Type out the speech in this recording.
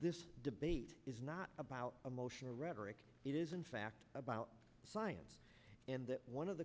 this debate is not about emotion or rhetoric it is in fact about science and that one of the